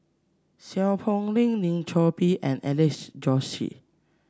Seow Poh Leng Lim Chor Pee and Alex Josey